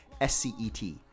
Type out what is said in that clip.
SCET